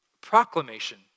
proclamation